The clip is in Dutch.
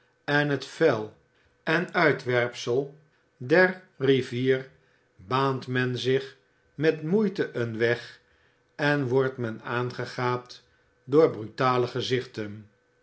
en het vuil en uitwerpsel der rivier baant men zich met moeite een weg en wordt men aangegaapt door brutale gezichten